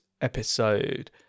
episode